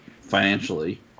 financially